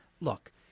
look